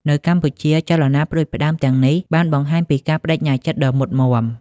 នៅកម្ពុជា ចលនាផ្តួចផ្តើមទាំងនេះបានបង្ហាញពីការប្តេជ្ញាចិត្តដ៏មុតមាំ។